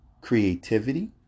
creativity